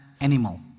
animal